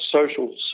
social